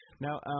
Now